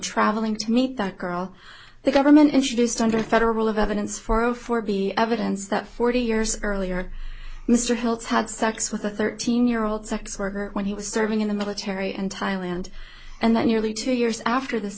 traveling to meet that girl the government introduced under federal rule of evidence for zero four be evidence that forty years earlier mr hill's had sex with a thirteen year old sex worker when he was serving in the military in thailand and that nearly two years after this